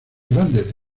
grandes